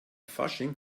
fasching